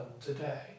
today